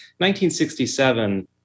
1967